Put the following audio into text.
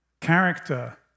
character